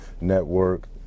network